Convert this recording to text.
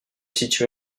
situé